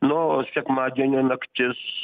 nu o sekmadienio naktis